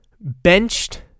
benched